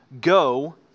Go